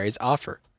offer